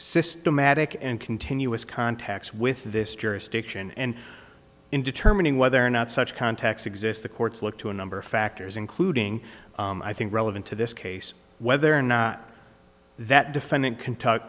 systematic and continuous contacts with this jurisdiction and in determining whether or not such context exists the courts look to a number of factors including i think relevant to this case whether or not that defend